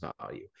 value